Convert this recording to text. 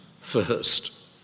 first